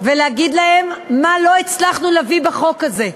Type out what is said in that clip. ולהגיד להם מה לא הצלחנו להביא בחוק הזה.